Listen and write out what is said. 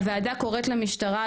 הוועדה קוראת למשטרה,